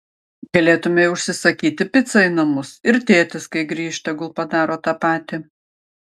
galėtumei užsisakyti picą į namus ir tėtis kai grįš tegul padaro tą patį